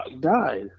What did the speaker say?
died